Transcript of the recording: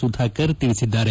ಸುಧಾಕರ್ ತಿಳಿಸಿದ್ದಾರೆ